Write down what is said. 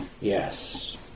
Yes